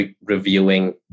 reviewing